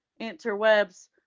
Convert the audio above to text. interwebs